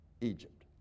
Egypt